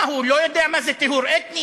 מה, הוא לא יודע מה זה טיהור אתני?